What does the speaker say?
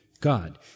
God